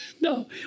No